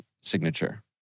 signature